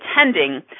attending